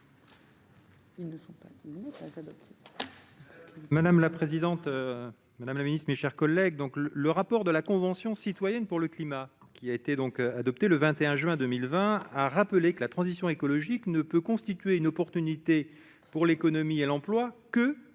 Madame la présidente, Madame la Ministre, mes chers collègues, donc le le rapport de la Convention citoyenne pour le climat qui a été donc adopté le 21 juin 2020, a rappelé que la transition écologique ne peut constituer une opportunité pour l'économie et l'emploi, que